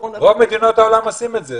רוב מדינות העולם עושים את זה.